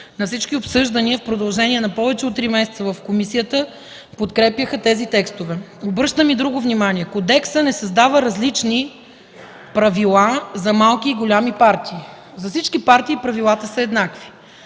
на всички обсъждания, в продължение на повече от три месеца, в комисията подкрепяха тези текстове. Обръщам внимание на още нещо. Кодексът не създава различни правила за малки и големи партии. За всички партии правилата са еднакви.